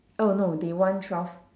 oh no they want twelve